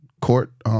court